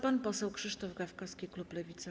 Pan poseł Krzysztof Gawkowski, klub Lewicy.